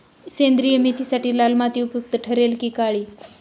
सेंद्रिय मेथीसाठी लाल माती उपयुक्त ठरेल कि काळी?